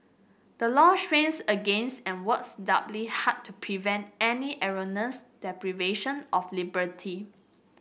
the law strains against and works doubly hard to prevent any erroneous deprivation of liberty